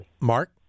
Mark